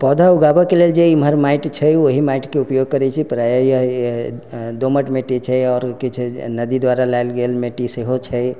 पौधा उगाबेके लेल जे इमहर माटि छै ओहि मटिके उपयोग करैत छै प्रायः या दोमट मिट्टी छै आओर की छै नदी द्वारा लायल गेल मिट्टी सेहो छै